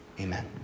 Amen